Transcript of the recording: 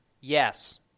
Yes